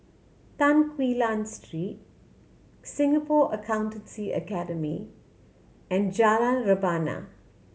Tan Quee Lan Street Singapore Accountancy Academy and Jalan Rebana